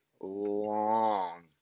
long